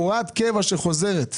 הוראת קבע שחוזרת,